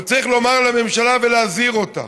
אבל צריך לומר לממשלה ולהזהיר אותה,